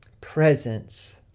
presence